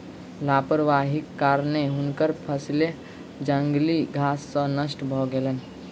लापरवाहीक कारणेँ हुनकर फसिल जंगली घास सॅ नष्ट भ गेलैन